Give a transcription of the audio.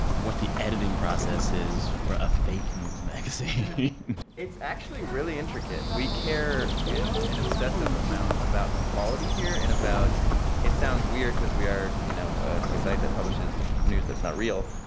what the editing process is for a fake news magazine it's actually really intricate. we care an an obsessive amount about quality here and about it sounds weird because we are, you know, a site that publishes news that's not real.